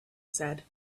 said